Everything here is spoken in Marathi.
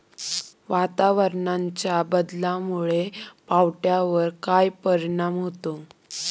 वातावरणाच्या बदलामुळे पावट्यावर काय परिणाम होतो?